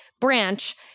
Branch